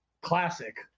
classic